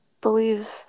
believe